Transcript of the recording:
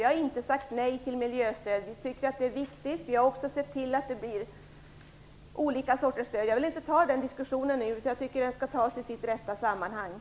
Vi har inte sagt nej till miljöstöd. Vi tycker att det är viktigt. Vi har också sett till att det blir olika sorters stöd. Men jag vill inte gå in i den diskussionen nu, den skall vi ha i det rätta sammanhanget.